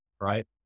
right